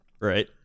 Right